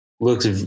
looks